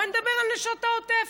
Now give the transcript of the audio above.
בואי נדבר על נשות העוטף.